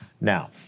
Now